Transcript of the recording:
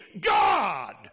God